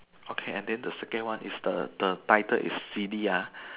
okay and then the second one is the the title is silly ah